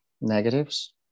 negatives